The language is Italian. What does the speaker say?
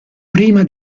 prima